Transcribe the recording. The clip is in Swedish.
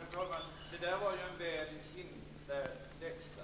Fru talman! Det där var en väl inlärd läxa.